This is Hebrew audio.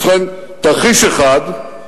ובכן, תרחיש אחד,